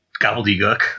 gobbledygook